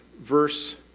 verse